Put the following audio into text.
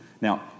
Now